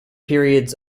periods